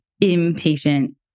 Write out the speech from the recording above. impatient